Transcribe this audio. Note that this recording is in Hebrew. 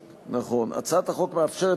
כידוע,